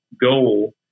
goal